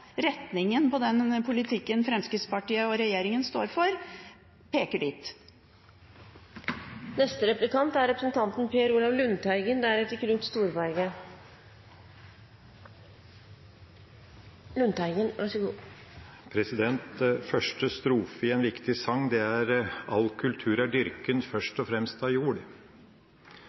retningen på den politikken Fremskrittspartiet og regjeringen står for, peker dit. Første strofe i en viktig sang lyder: «All kultur er dyrken